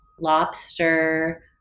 lobster